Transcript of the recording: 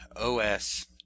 OS